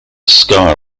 scar